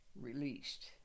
released